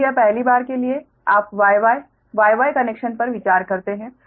अब यह पहली बार के लिए आप Y Y Y Y connection पर विचार करते हैं